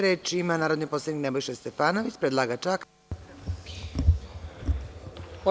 Reč ima narodni poslanik Nebojša Stefanović, predlagač zakona.